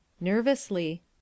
Nervously